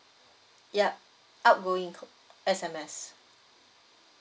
yup outgoing call S_M_S